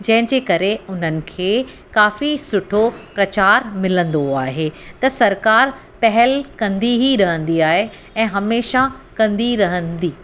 जंहिं जे करे उन्हनि खे काफ़ी सुठो प्रचार मिलंदो आहे त सरकारि पहेल कंदी ई रहंदी आहे ऐं हमेशह कंदी रहंदी